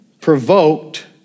provoked